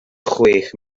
chwech